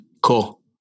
cool